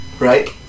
Right